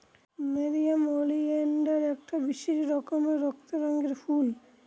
nerium oleander একটা বিশেষ রকমের রক্ত রঙের ফুল